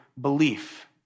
belief